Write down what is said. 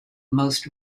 most